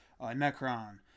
Necron